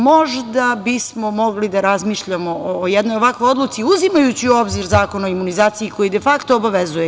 Možda bismo mogli da razmišljamo o jednoj ovakvoj odluci, uzimajući u obzir Zakon o imunizaciji koji defakto obavezuje.